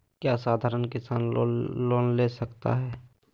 क्या साधरण किसान लोन ले सकता है?